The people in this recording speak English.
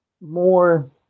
more